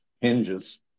hinges